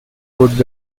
would